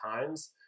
times